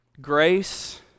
grace